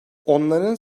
onların